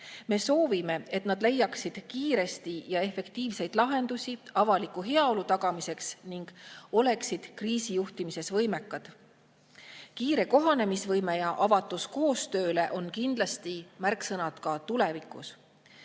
Me soovime, et nad leiaksid kiiresti efektiivseid lahendusi avaliku heaolu tagamiseks ning oleksid kriisijuhtimises võimekad. Kiire kohanemisvõime ja avatus koostööle on kindlasti märksõnad ka tulevikus.